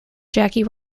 jackie